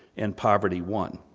and poverty won.